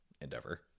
endeavor